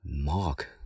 Mark